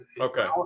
Okay